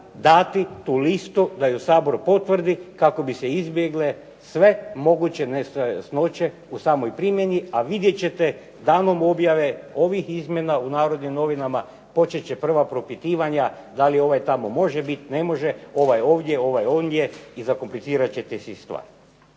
dati tu listu da ju Sabor potvrdi kako bi se izbjegle sve moguće nejasnoće u samoj primjeni, a vidjet ćete, danom objave ovih izmjena u "Narodnim novinama" počet će prva propitivanja da li ovaj tamo može bit, ne može, ovaj ovdje, ovaj ondje i zakomplicirat ćete si stvar.